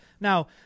Now